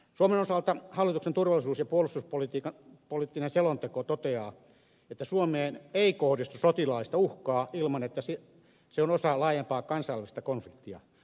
suomen osalta hallituksen turvallisuus ja puolustuspoliittinen selonteko toteaa että suomeen ei kohdistu sotilaallista uhkaa ilman että se on osa laajempaa kansainvälistä konfliktia